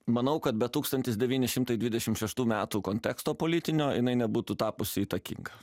manau kad be tūkstantis devyni šimtai dvidešim šeštų metų konteksto politinio jinai nebūtų tapusi įtakinga